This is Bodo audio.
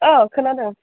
औ खोनादों